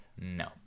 No